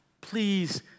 please